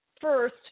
First